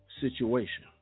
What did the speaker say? situation